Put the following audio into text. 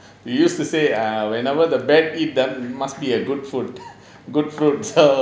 we used to say err whenever the bat eats them must be a good food good fruits